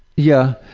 yeah,